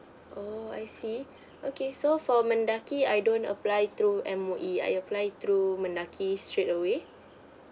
oh I see okay so for mendaki I don't apply through M_O_E I apply through mendaki straightaway